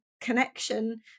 connection